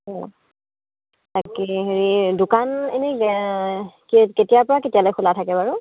অঁ তাকে হেৰি দোকান এনেই কেতিয়াৰপৰা কেতিয়ালৈ খোলা থাকে বাৰু